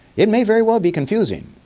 it may very well be confusing.